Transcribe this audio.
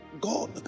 God